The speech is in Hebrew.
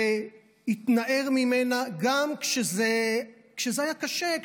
והתנער ממנה גם כשזה היה קשה,